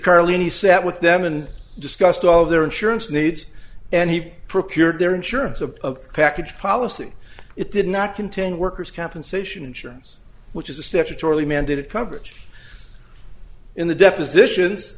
carlin he sat with them and discussed all of their insurance needs and he procured their insurance of a package policy it did not contain workers compensation insurance which is a statutorily mandated coverage in the depositions